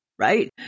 right